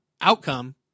outcome